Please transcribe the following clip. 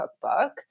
cookbook